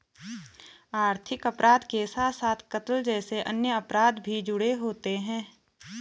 आर्थिक अपराध के साथ साथ कत्ल जैसे अन्य अपराध भी जुड़े होते हैं